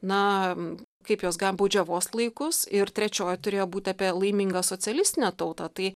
na kaip jos gal baudžiavos laikus ir trečioji turėjo būti apie laimingą socialistinę tautą tai